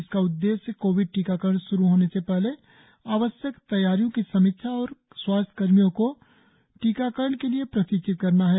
इसका उद्देश्य कोविड टीकाकरण श्रु होने से पहले आवश्यक तैयारियों की समीक्षा और स्वास्थ्य कर्मियो को टीकाकरण के लिए प्रशिक्षित करना है